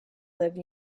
live